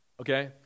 Okay